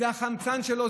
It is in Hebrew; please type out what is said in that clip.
זה החמצן שלו,